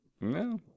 No